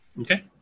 Okay